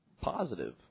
positive